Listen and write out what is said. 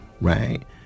right